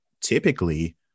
typically